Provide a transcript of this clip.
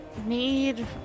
need